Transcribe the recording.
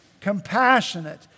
compassionate